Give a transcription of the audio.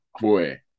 Boy